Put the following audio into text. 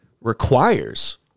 requires